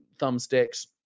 thumbsticks